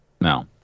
No